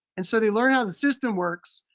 and so they learn how the system works,